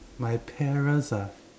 my parents ah